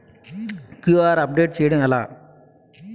QR update చేయడం ఎలా?